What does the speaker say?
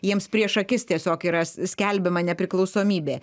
jiems prieš akis tiesiog yra skelbiama nepriklausomybė